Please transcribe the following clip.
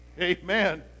Amen